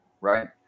right